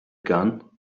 gun